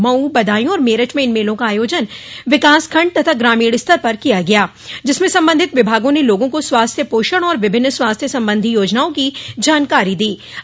मऊ बदायूं और मेरठ में इन मेलों का आयोजन विकासखंड तथा ग्रामीण स्तर पर किया गया जिसमें संबंधित विभागों ने लोगों को स्वास्थ्य पोषण और विभिन्न स्वास्थ्य संबंधी योजनाओं की जानकारी दी गई